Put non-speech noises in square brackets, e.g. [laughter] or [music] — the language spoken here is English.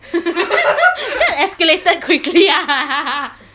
[laughs] that escalated quickly [laughs]